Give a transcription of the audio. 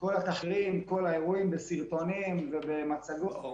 כל האירועים בסרטונים ובמצגות.